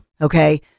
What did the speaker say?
Okay